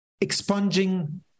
expunging